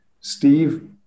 Steve